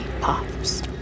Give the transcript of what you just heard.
pops